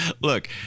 Look